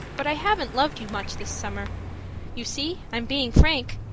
but i haven't loved you much this summer you see i'm being frank!